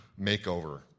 makeover